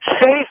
safe